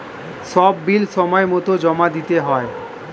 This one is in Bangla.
সব বিল সময়মতো জমা দিতে হয়